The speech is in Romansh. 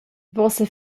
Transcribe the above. vossa